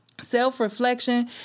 Self-reflection